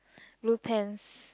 blue pants